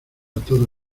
todo